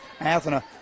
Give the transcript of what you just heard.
Athena